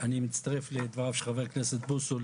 אני מצטרף לדבריו של חבר הכנסת בוסו,